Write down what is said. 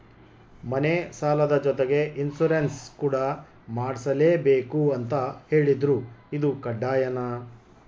ಮನೆ ಸಾಲದ ಜೊತೆಗೆ ಇನ್ಸುರೆನ್ಸ್ ಕೂಡ ಮಾಡ್ಸಲೇಬೇಕು ಅಂತ ಹೇಳಿದ್ರು ಇದು ಕಡ್ಡಾಯನಾ?